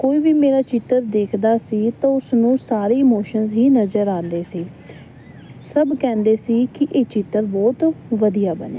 ਕੋਈ ਵੀ ਮੇਰਾ ਚਿੱਤਰ ਦੇਖਦਾ ਸੀ ਤਾਂ ਉਸਨੂੰ ਸਾਰੇ ਈਮੋਸ਼ਨਸ ਹੀ ਨਜ਼ਰ ਆਉਂਦੇ ਸੀ ਸਭ ਕਹਿੰਦੇ ਸੀ ਕਿ ਇਹ ਚਿੱਤਰ ਬਹੁਤ ਵਧੀਆ ਬਣਿਆ